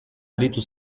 aritu